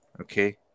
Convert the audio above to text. okay